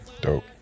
Dope